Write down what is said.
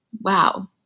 wow